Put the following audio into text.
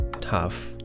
tough